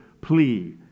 plea